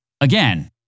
again